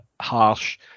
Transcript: harsh